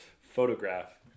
photograph